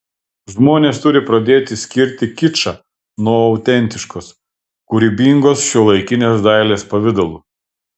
žmonės turi pradėti skirti kičą nuo autentiškos kūrybingos šiuolaikinės dailės pavidalų